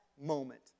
moment